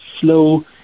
slow